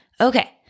Okay